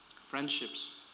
friendships